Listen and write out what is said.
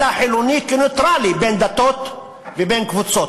אלא חילוני כנייטרלי בין דתות ובין קבוצות,